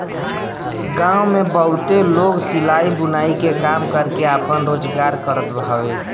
गांव में बहुते लोग सिलाई, बुनाई के काम करके आपन रोजगार करत हवे